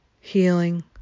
healing